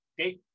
Okay